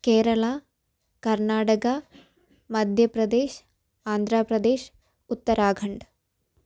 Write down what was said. Keralam Karnataka Madhya Pradesh Andhra Pradesh Uttarakhand